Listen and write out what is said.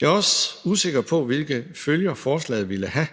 Jeg er også usikker på, hvilke følger forslagene vil have.